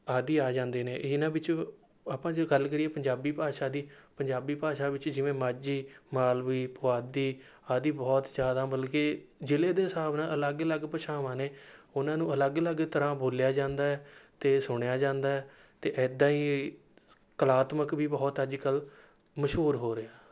ਆਦਿ ਆ ਜਾਂਦੇ ਨੇ ਇਨ੍ਹਾਂ ਵਿੱਚ ਆਪਾਂ ਜੇ ਗੱਲ ਕਰੀਏ ਪੰਜਾਬੀ ਭਾਸ਼ਾ ਦੀ ਪੰਜਾਬੀ ਭਾਸ਼ਾ ਵਿੱਚ ਜਿਵੇਂ ਮਾਝੀ ਮਾਲਵਈ ਪੁਆਧੀ ਆਦਿ ਬਹੁਤ ਜ਼ਿਆਦਾ ਮਤਲਬ ਕਿ ਜ਼ਿਲ੍ਹੇ ਦੇ ਹਿਸਾਬ ਨਾਲ ਅਲੱਗ ਅਲੱਗ ਭਾਸ਼ਾਵਾਂ ਨੇ ਉਨ੍ਹਾਂ ਨੂੰ ਅਲੱਗ ਅਲੱਗ ਤਰ੍ਹਾਂ ਬੋਲਿਆ ਜਾਂਦਾ ਹੈ ਅਤੇ ਸੁਣਿਆ ਜਾਂਦਾ ਹੈ ਅਤੇ ਇੱਦਾਂ ਹੀ ਕਲਾਤਮਕ ਵੀ ਬਹੁਤ ਅੱਜ ਕੱਲ੍ਹ ਮਸ਼ਹੂਰ ਹੋ ਰਿਹਾ